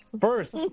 First